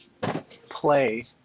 play